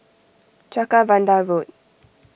Jacaranda Road